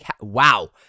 Wow